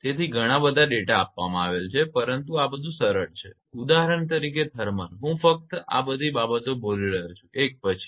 તેથી ઘણા બધા ડેટા આપવામાં આવેલ છે પરંતુ આ બધુ સરળ છે ઉદાહરણ તરીકે થર્મલ હું ફક્ત આ બધી બાબતો બોલી રહ્યો છું એક પછી એક